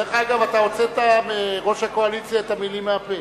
דרך אגב, אתה הוצאת לראש הקואליציה את המלים מהפה.